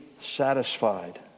satisfied